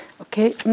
Okay